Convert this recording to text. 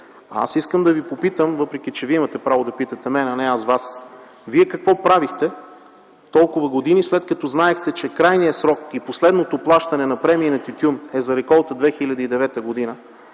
Искам да Ви попитам, въпреки че Вие имате право да питате мен, а не аз Вас: вие какво правихте толкова години, след като знаехте, че крайният срок и последното плащане на премии за тютюн е за реколта 2009 г.?